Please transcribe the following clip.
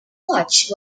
watch